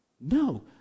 no